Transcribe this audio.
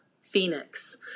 Phoenix